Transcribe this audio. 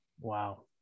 wow